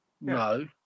No